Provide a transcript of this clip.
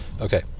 Okay